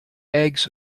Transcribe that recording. eggs